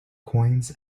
coins